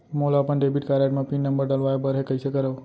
मोला अपन debit card म पिन नंबर डलवाय बर हे कइसे करव?